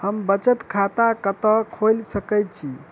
हम बचत खाता कतऽ खोलि सकै छी?